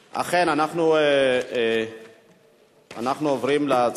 אכן, בעד 12, אין מתנגדים.